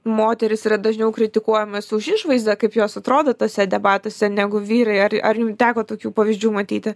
moterys yra dažniau kritikuojamos už išvaizdą kaip jos atrodo tuose debatuose negu vyrai ar ar teko tokių pavyzdžių matyti